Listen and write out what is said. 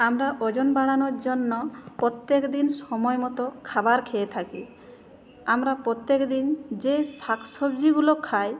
আমরা ওজন বাড়ানোর জন্য প্রত্যেক দিন সময় মতো খাবার খেয়ে থাকি আমরা প্রত্যেক দিন যেই শাক সবজিগুলো খাই